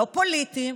לא פוליטיים,